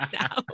now